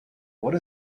what